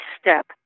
step